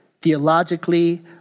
theologically